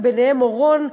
וביניהם אורון,